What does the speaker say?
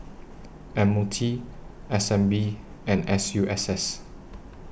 M O T S N B and S U S S